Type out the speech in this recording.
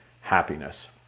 happiness